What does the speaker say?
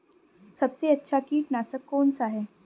सबसे अच्छा कीटनाशक कौन सा है?